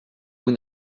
vous